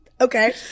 okay